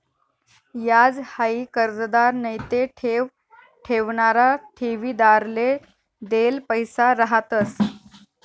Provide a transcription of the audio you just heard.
याज हाई कर्जदार नैते ठेव ठेवणारा ठेवीदारले देल पैसा रहातंस